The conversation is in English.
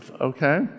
okay